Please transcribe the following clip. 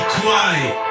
quiet